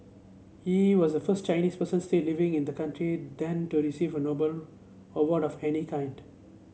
he was the first Chinese person still living in the country then to receive a Nobel award of any kind